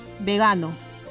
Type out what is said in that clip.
vegano